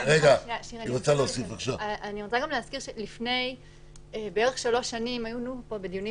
אני רוצה להזכיר גם שלפני בערך שלוש שנים היינו פה בדיונים